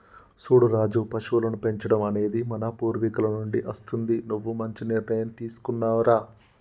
సూడు రాజు పశువులను పెంచడం అనేది మన పూర్వీకుల నుండి అస్తుంది నువ్వు మంచి నిర్ణయం తీసుకున్నావ్ రా